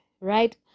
right